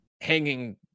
hanging